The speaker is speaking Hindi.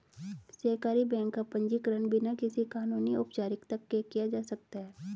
सहकारी बैंक का पंजीकरण बिना किसी कानूनी औपचारिकता के किया जा सकता है